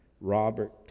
Robert